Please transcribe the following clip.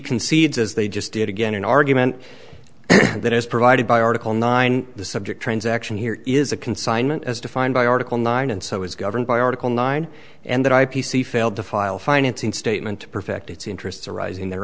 concedes as they just did again an argument that is provided by article nine the subject transaction here is a consignment as defined by article nine and so is governed by article nine and that i p c failed to file financing statement to perfect its interests arising the